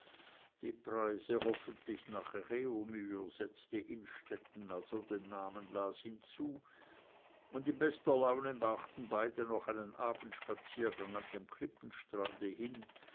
die preise hoffentlich nach raumur setzte innstetten als er den namen las hinzu und in bester laune machten beide noch einen abendspaziergang an dem klippenstrand hin